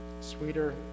sweeter